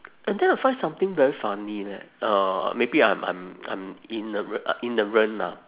and then I find something very funny leh uh maybe I'm I'm I'm ignora~ ignorant lah